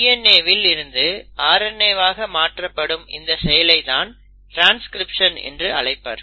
DNAவில் இருந்து RNAவாக மாற்றப்படும் இந்த செயலை தான் ட்ரான்ஸ்கிரிப்ஷன் என்று அழைப்பர்